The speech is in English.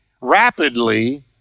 rapidly